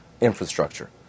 infrastructure